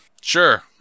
Sure